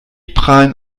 prahlen